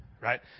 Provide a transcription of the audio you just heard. right